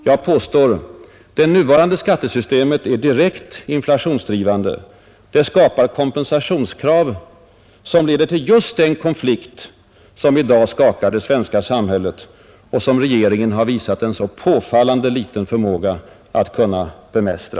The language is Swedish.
Jag påstår att det nuvarande skattesystemet är direkt inflationsdrivande och skapar kompensationskrav, som leder till just den konflikt som i dag skakar det svenska samhället och som regeringen har visat en så påfallande liten förmåga att kunna bemästra.